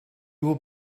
will